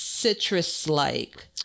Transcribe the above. Citrus-like